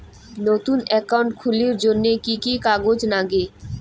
নতুন একাউন্ট খুলির জন্যে কি কি কাগজ নাগে?